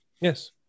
Yes